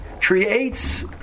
creates